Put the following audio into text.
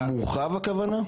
המורחב הכוונה?